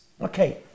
okay